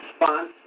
response